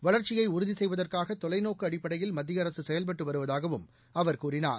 வளர்ச்சியைஉறுதிசெய்வதற்காகதொலைநோக்குஅடிப்படையில் மத்தியஅரசுசெயல்பட்டுவருவதாகவும் அவர் கூறினார்